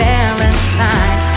Valentine